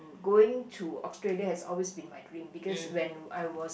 going to Australia has always been my dream because when I was